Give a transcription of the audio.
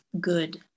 good